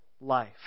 life